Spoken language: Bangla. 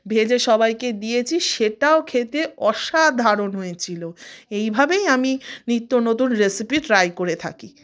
ভেজে সবাইকে দিয়েছি সেটাও খেতে অসাধারণ হয়েছিল এইভাবেই আমি নিত্যনতুন রেসিপি ট্রাই করে থাকি